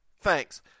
thanks